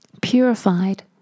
Purified